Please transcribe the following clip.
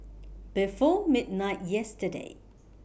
before midnight yesterday